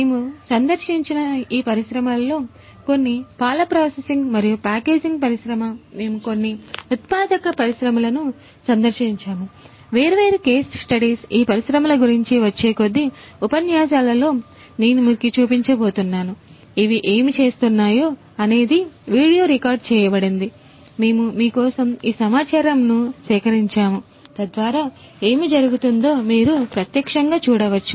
మేము సందర్శించిన ఈ పరిశ్రమలలో కొన్ని పాల ప్రాసెసింగ్ మరియు ప్యాకేజింగ్ పరిశ్రమ మేము కొన్ని ఉత్పాదక పరిశ్రమలను సందర్శించాము వేర్వేరు కేస్ స్టడీస్ ఈ పరిశ్రమల గురించి వచ్చే కొద్ది ఉపన్యాసాలలో నేను మీకు చూపించబోతున్నాను అవి ఏమి చేస్తున్నాయో అనేది వీడియో రికార్డ్ చేయబడింది మేము మీ కోసం ఈ సమాచారమును సేకరించాము తద్వారా ఏమి జరుగుతుందో మీరు ప్రత్యక్షంగా చూడవచ్చు